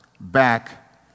back